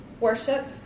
Worship